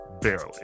barely